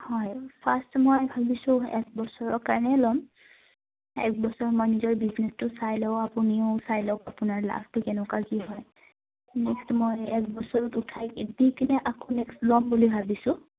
হয় ফাৰ্ষ্ট মই ভাবিছোঁ এক বছৰৰ কাৰণে ল'ম একবছৰ মই নিজৰ বিজনেছটো চাই লওঁ আপুনিও চাই লওক আপোনাৰ লাভটো কেনেকুৱা কি হয় নেক্সট মই এক বছৰত উঠাই দি কিনে আকৌ নেক্সট ল'ম বুলি ভাবিছোঁ